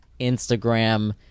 Instagram